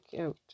out